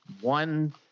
one